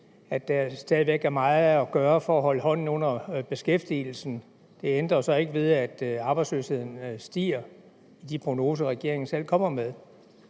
at der stadig væk er meget at gøre for at holde hånden under beskæftigelsen. Det ændrer jo så ikke ved, at arbejdsløsheden stiger i de prognoser, regeringen selv kommer med.